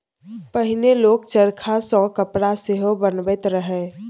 पहिने लोक चरखा सँ कपड़ा सेहो बनाबैत रहय